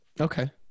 Okay